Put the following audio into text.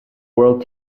world